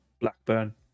Blackburn